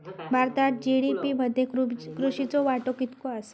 भारतात जी.डी.पी मध्ये कृषीचो वाटो कितको आसा?